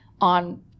on